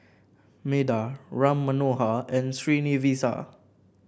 Medha Ram Manohar and Srinivasa